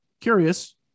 curious